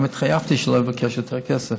גם התחייבתי שלא אבקש יותר כסף.